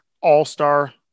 all-star